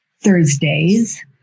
Thursdays